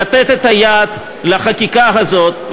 לתת את היד לחקיקה הזאת,